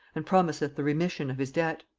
and promiseth the remission of his debt.